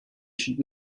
should